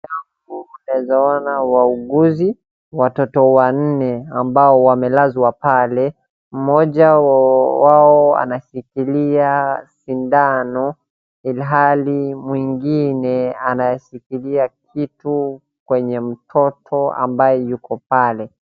Naweza ona wauguzi, watoto wanne ambao wamelazwa pale, mmoja wao anashikilia sindano, ilhali mwingine anashikilia kitu kwenye mtoto ambaye yuko pale.